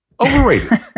Overrated